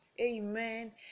amen